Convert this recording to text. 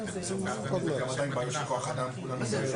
ייבוא מוצרי מזון, פרק ח', ופרק כ"א (חקלאות),